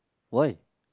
why